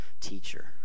teacher